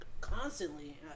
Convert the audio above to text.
constantly